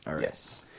Yes